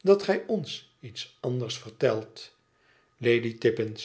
dat gij ons iets anders vertelt lady tippins